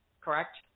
correct